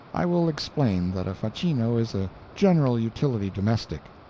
i will explain that a facchino is a general-utility domestic.